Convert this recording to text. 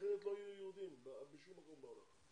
אחרת לא יהיו יהודים בשום מקום בעולם.